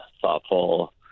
thoughtful